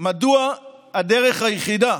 מדוע הדרך היחידה